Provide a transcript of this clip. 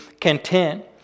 content